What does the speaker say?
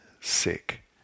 sick